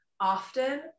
Often